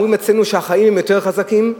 אומרים אצלנו שהחיים הם יותר חזקים,